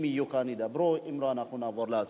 אם יהיו כאן, ידברו, אם לא, אנחנו נעבור להצבעה.